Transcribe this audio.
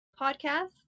podcast